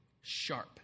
Sharp